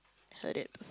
heard it